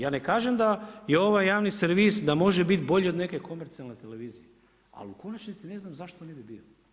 Ja ne kažem da je ovaj javni servis da može biti bolji od neke komercijalne televizije, ali u konačnici ne znam zašto ne bi bio?